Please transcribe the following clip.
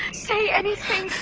say anything